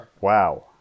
Wow